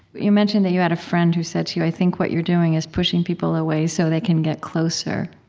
you mention that you have a friend who said to you, i think what you're doing is pushing people away, so they can get closer.